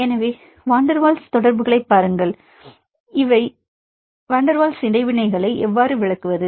எனவே இப்போது van der Waals தொடர்புகளைப் பாருங்கள் எனவே வான் டெர் வால்ஸ இடைவினைகள் எவ்வாறு விளக்குவது